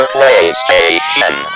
PlayStation